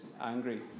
angry